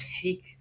take